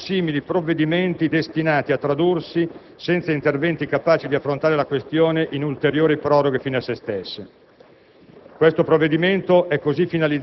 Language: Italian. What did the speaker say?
che non erano più accettabili simili provvedimenti destinati a tradursi, senza interventi capaci di affrontare la questione, in ulteriori proroghe fini a sé stesse.